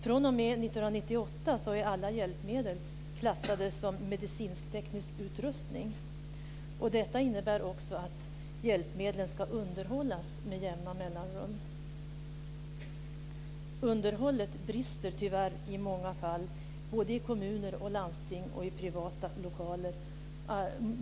fr.o.m. 1998 är alla hjälpmedel klassade som medicinsk-teknisk utrustning. Detta innebär också att hjälpmedlen ska underhållas med jämna mellanrum. Underhållet brister tyvärr i många fall i kommuner, landsting och privata lokaler.